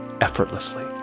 effortlessly